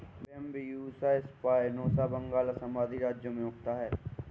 Bambusa स्पायनोसा बंगाल, असम आदि राज्यों में उगता है